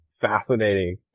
fascinating